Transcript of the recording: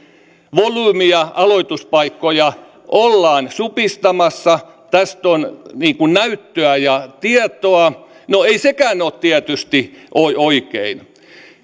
volyymia ja aloituspaikkoja ollaan supistamassa tästä on näyttöä ja tietoa no ei sekään ole tietysti oikein